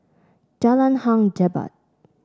Jalan Hang Jebat